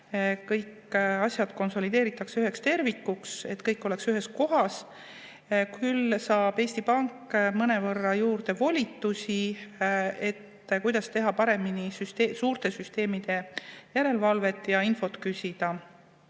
Kõik asjad konsolideeritakse üheks tervikuks, et kõik oleks ühes kohas. Küll saab Eesti Pank mõnevõrra juurde volitusi, et teha paremini suurte süsteemide järelevalvet ja [tal